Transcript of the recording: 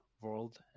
world